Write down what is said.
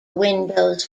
windows